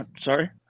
Sorry